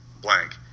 blank